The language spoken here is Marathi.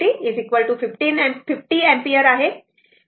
तर ते I ∞ 50 अँपिअर आहे